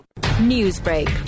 Newsbreak